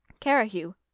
Carahue